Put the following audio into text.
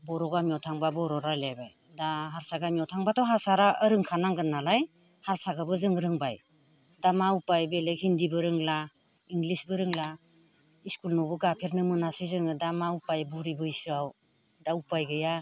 बर' गामियाव थांबा बर' रायज्लायबाय दा हारसा गामियाव थांबाथ' हारसा रोंखानांगोन नालाय हारसाखौबो जों रोंबाय दा मा उफाय बेलेग हिन्दिबो रोंला इंलिसबो रोंला इस्कुल न'बो गाफेरनो मोनासै जोङो दा मा उफाय बुरि बैसोआव दा उफाय गैया